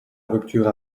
rupture